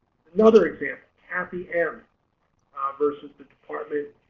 another example kathy m versus the department